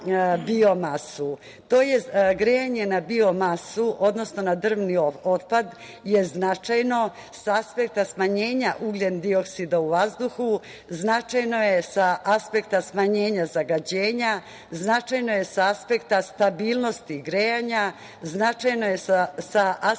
masu. Grejanje na bio masu, odnosno na drvni otpad je značajno sa aspekta smanjenja ugljendioksida u vazduhu, značajno sa aspekta smanjenja zagađenja, značajno je sa aspekta stabilnosti grejanja, značajno je sa aspekta manjih troškova,